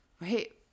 right